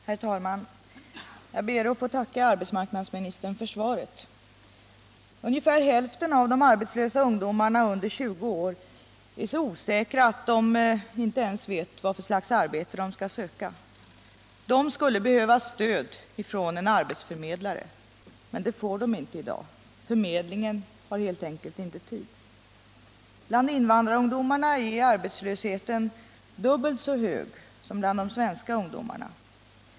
Herr talman! Jag ber att få tacka arbetsmarknadsministern för svaret. Ungefär hälften av de arbetslösa ungdomarna under 20 år är så osäkra att de inte ens vet vad för slags arbete de skall söka. De skulle behöva stöd av arbetsförmedlare, men det får de inte i dag. Förmedlingen har inte tid. Bland invandrarungdomarna är arbetslösheten dubbelt så hög som bland de svenska ungdomarna.